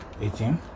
18